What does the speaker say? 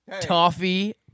Toffee